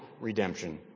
redemption